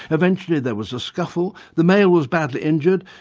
eventually there was a scuffle, the male was badly injured,